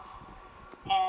and